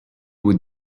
would